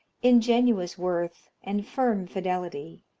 ingenuous worth, and firm fidelity.